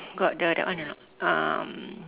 got the that one or not um